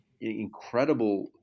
incredible